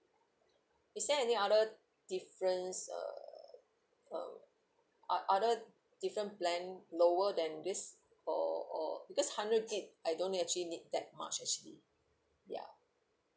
is there any other difference uh um o~ other different plan lower than this or or because hundred gig I don't actually need that much actually ya